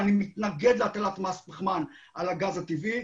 אני מתנגד להטלת מס פחמן על הגז טבעי.